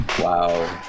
Wow